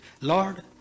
Lord